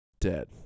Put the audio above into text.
Dead